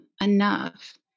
enough